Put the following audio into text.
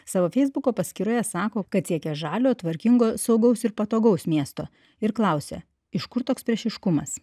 savo feisbuko paskyroje sako kad siekė žalio tvarkingo saugaus ir patogaus miesto ir klausė iš kur toks priešiškumas